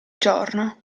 giorno